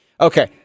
Okay